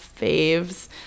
faves